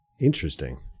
Interesting